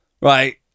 right